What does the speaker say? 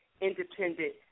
independent